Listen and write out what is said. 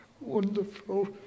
wonderful